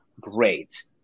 great